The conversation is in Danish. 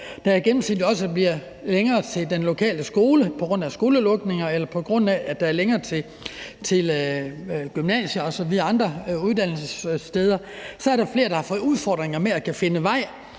der igen også bliver længere til den lokale skole på grund af skolelukninger eller længere til gymnasier og andre uddannelsessteder, så også er flere, der har fået udfordringer med overhovedet